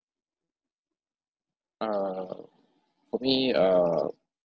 um for me um